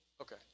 Okay